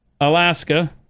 Alaska